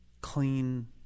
clean